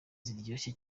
ziryoshye